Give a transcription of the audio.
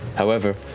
however,